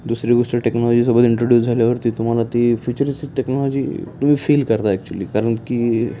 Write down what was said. दुसरी गोष्ट टेक्नॉलॉजीसोबत इंट्रोड्यूस झाल्यावरती तुम्हाला ती फिचर्सची टेक्नॉलॉजी तुम्ही फील करता ॲक्चुली कारण की